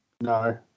No